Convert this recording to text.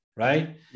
right